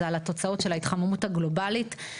זה התוצאות של התחממות הגלובלית.